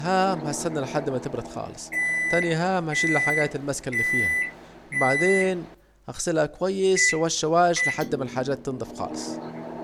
أول هاام هستنى لحد ما تبرد خالص، تاني هاام هشيل الحاجات الي ماسكة الي فيها، وبعدين هغسلها كويس شواش شواش لحد ما تنضف خالص